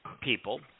people